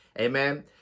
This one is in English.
Amen